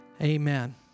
Amen